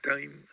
Time